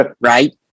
right